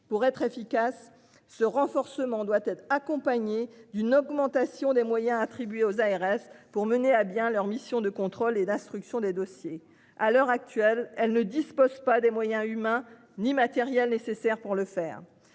pour être efficace, ce renforcement doit être accompagnée d'une augmentation des moyens attribués aux ARS pour mener à bien leur mission de contrôle et d'instruction des dossiers à l'heure actuelle, elle ne dispose pas des moyens humains ni matériels nécessaires pour le faire.